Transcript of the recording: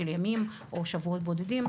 של ימים או שבועות בודדים,